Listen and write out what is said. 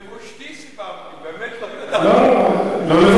לבושתי סיפרתי, לא לבושתך.